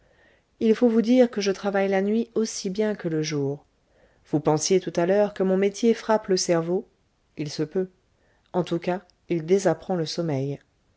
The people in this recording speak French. il faut vous dire que je travaille la nuit aussi bien que le jour vous pensiez tout à l'heure que mon métier frappe le cerveau ii se peut en tout cas il désapprend le sommeil